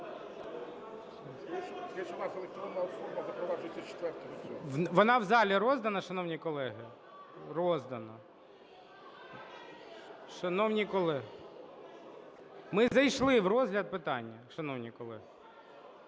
Вона в залі роздана, шановні колеги? Роздана. Шановні колеги… Ми зайшли в розгляд питання, шановні колеги.